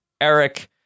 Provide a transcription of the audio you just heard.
Eric